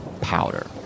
powder